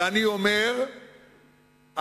ואני אומר שהפעם,